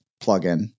plugin